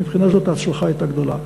מבחינה זו, ההצלחה הייתה גדולה.